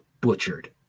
butchered